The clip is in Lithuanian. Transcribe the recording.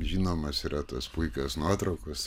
žinomas yra tos puikios nuotraukos